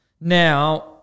Now